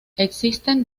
existen